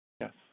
Yes